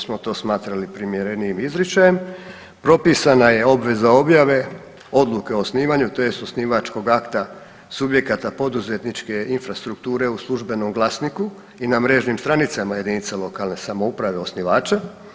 smo to smatrali primjerenijim izričajem, propisana je obveza objave odluke o osnivanju te s osnivačkog akta subjekata poduzetničke infrastrukture u službenom glasniku i na mrežnim stranicama jedinice lokalne samouprave osnivača.